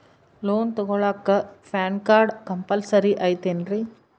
Loan ತೊಗೊಳ್ಳಾಕ PAN card compulsory ಐಯ್ತೇನ್ರಿ?